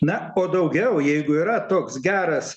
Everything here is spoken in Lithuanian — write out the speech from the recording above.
na ko daugiau jeigu yra toks geras